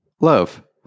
love